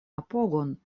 apogon